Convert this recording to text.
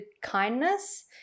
kindness